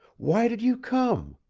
why did you come?